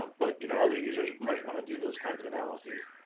but you know other users might want to do those kind of analyses,